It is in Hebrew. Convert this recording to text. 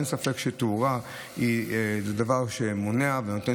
אין ספק שתאורה היא דבר שמונע ונותן